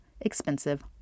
expensive